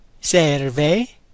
serve